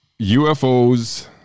UFOs